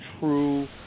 true